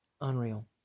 Unreal